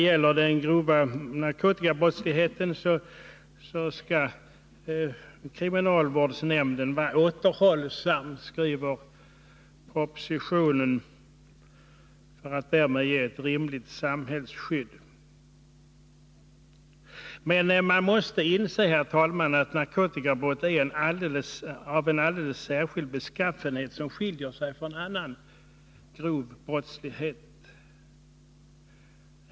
Propositionen anger emellertid att kriminalvårdsnämnden skall vara återhållsam härmed när det gäller de grova narkotikabrottslingarna, för att därmed ge ett rimligt samhällsskydd. Man måste dock inse, herr talman, att narkotikabrott har en alldeles särskild beskaffenhet, som skiljer sig från vad som gäller vid annan grov brottslighet.